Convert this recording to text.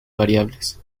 variables